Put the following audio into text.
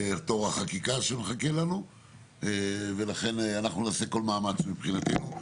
תור החקיקה שמחכה לנו ולכן אנחנו נעשה כל מאמץ מבחינתנו.